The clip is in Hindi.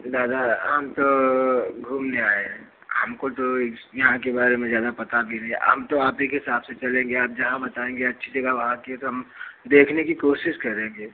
दादा हम तो घूमने आए हैं हमको तो यहाँ के बारे में ज़्यादा पता भी नहीं है हम तो आप ही के हिसाब से चलेंगे आप जहाँ बताएंगे अच्छी जगह वहाँ की तो हम देखने की कोशिश करेंगे